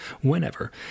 whenever